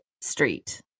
street